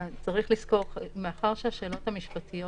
צריך לזכור, מאחר שהשאלות המשפטיות